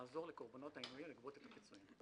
לעזור לקורבנות העינויים לגבות את הפיצויים.